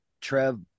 Trev